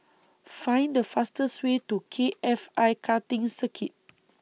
Find The fastest Way to K F I Karting Circuit